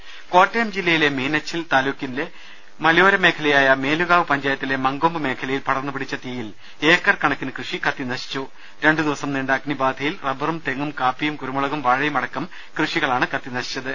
ദേദ കോട്ടയം ജില്ലയിലെ മീനച്ചിൽ താലൂക്കിന്റെ മലയോര മേഖലയായ മേലുകാവ് പഞ്ചായത്തിലെ മങ്കൊമ്പ് മേഖലയിൽ പടർന്നു പിടിച്ച തീയിൽ ഏക്കർ കണക്കിന് കൃഷി കത്തിനശിച്ചു രണ്ടു ദിവസം നീണ്ട അഗ്നിബാധയിൽ റബറും തെങ്ങും കാപ്പിയും കുരുമുളകും വാഴയും അടക്കം കൃഷികളാണ് കത്തി നശിച്ചത്